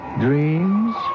dreams